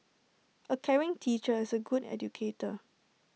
A caring teacher is A good educator